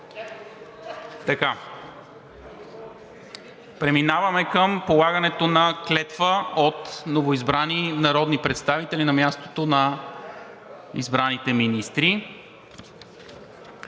Преминаваме към полагането на клетва от новоизбрани народни представители на мястото на избраните министри.